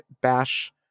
Bash